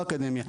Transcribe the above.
לא אקדמיה,